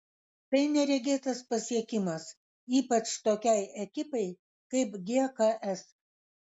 tai neregėtas pasiekimas ypač tokiai ekipai kaip gks